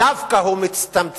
הוא דווקא מצטמצם.